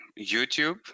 YouTube